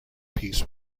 peace